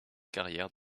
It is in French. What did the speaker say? carrière